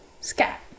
scat